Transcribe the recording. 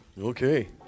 Okay